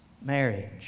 marriage